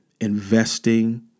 Investing